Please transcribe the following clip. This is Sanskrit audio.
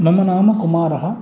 मम नाम कुमारः